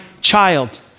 child